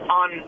on